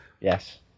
yes